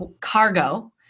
cargo